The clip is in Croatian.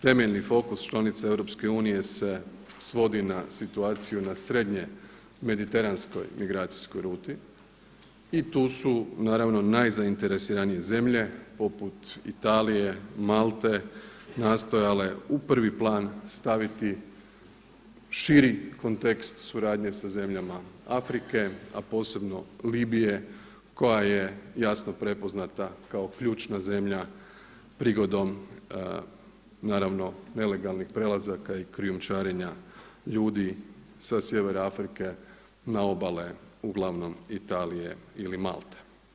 Temeljni fokus članica EU se svodi na situaciju na srednje mediteranskoj migracijskoj ruti i tu su naravno najzainteresiranije zemlje poput Italije, Malte, nastojale u prvi plan staviti širi kontekst suradnje sa zemljama Afrike a posebno Libije koja je jasno prepoznata kao ključna zemlja prigodom naravno nelegalnih prelazaka i krijumčarenja ljudi sa sjevera Afrike na obale uglavnom Italije ili Malte.